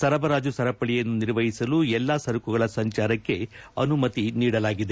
ಸರಬರಾಜು ಸರಪಳಿಯನ್ನು ನಿರ್ವಹಿಸಲು ಎಲ್ಲಾ ಸರಕುಗಳ ಸಂಚಾರಕ್ಕೆ ಅನುಮತಿ ನೀಡಲಾಗಿದೆ